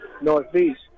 Northeast